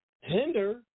hinder